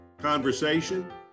conversation